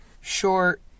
short